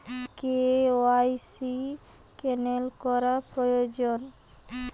KYC cancel করা প্রয়োজন?